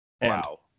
Wow